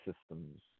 systems